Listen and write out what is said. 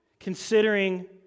Considering